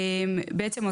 בעצם,